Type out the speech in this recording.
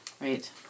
Right